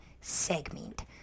segment